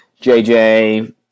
JJ